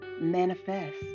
manifest